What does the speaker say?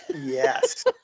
Yes